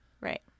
Right